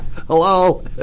Hello